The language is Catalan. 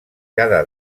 cada